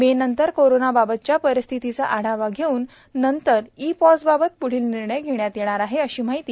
मे नंतर कोरोनाबाबतच्या परिस्थितीचा आढावा घेऊन नंतर ई पॉसबाबत प्ढील निर्णय घेण्यात येणार आहे अशी माहिती